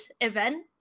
event